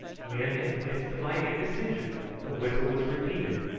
when, in the midst of my indecision, the whistle was repeated,